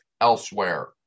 elsewhere